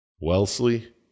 Wellesley